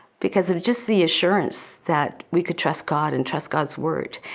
because i just see assurance that we could trust god and trust god's word.